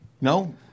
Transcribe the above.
No